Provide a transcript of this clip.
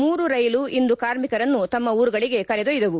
ಮೂರು ರೈಲು ಇಂದು ಕಾರ್ಮಿಕರನ್ನು ತಮ್ಮ ಊರುಗಳಿಗೆ ಕರೆದೊಯ್ದದವು